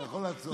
אתה יכול לעצור.